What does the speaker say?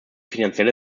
finanzielle